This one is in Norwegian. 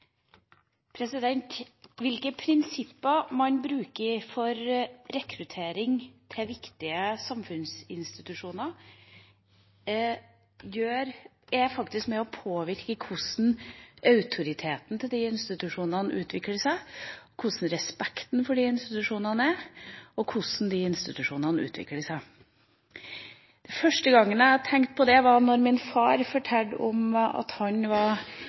faktisk med på å påvirke hvordan autoriteten til disse institusjonene utvikler seg, hvordan respekten for disse institusjonene er, og hvordan disse institusjonene utvikler seg. Den første gangen jeg tenkte på det, var da min far fortalte om at han var